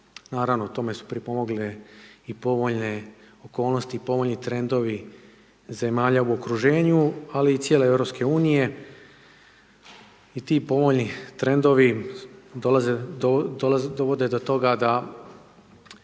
Naravno, tome su pripomogle i povoljne okolnosti, povoljni trendovi zemalja u okruženju, ali i cijele EU. I ti povoljni trendovi dovode do toga da